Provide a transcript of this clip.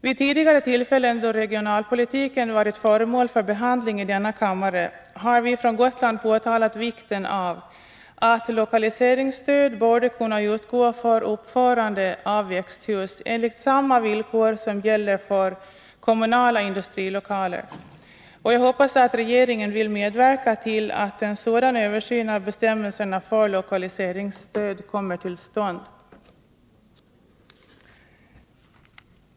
Vid tidigare tillfällen då regionalpolitiken varit föremål för behandling i denna kammare har vi från Gotland pekat på vikten av att lokaliseringsstöd kan utgå för uppförande av växthus enligt samma villkor som gäller för kommunala industrilokaler, och jag hoppas att regeringen vill medverka till att en sådan översyn av bestämmelserna för lokaliseringsstöd kommer till stånd.